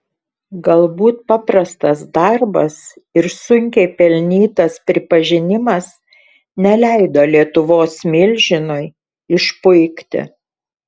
galbūt paprastas darbas ir sunkiai pelnytas pripažinimas neleido lietuvos milžinui išpuikti